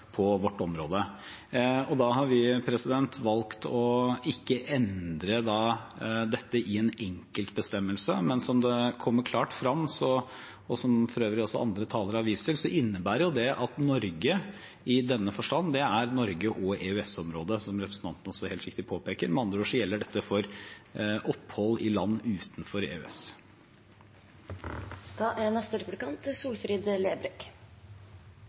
på vårt område. Da har vi valgt ikke å endre dette i en enkeltbestemmelse, men, som det kommer klart frem, og som for øvrig også andre talere har vist til, innebærer det at Norge i denne forstand er Norge og EØS-området, som representanten også helt riktig påpeker. Med andre ord gjelder dette for opphold i land utenfor EØS.